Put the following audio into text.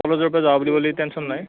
কলেজৰ পৰা যাব বুলি ক'লে টেনছন নাই